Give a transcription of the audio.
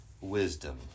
wisdom